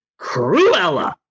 Cruella